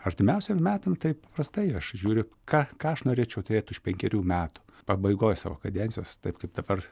artimiausiem metam taip paprastai aš žiūriu ką ką aš norėčiau turėti už penkerių metų pabaigoj savo kadencijos taip kaip dabar